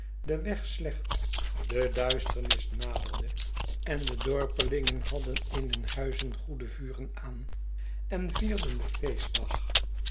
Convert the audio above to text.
de weg slecht de duisternis naderde en de dorpelingen hadden in huis goede vuren aan en vierden den feestdag